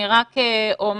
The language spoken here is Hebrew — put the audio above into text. אני רק אומר,